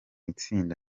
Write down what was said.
itsinda